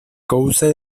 causa